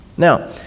Now